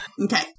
Okay